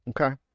okay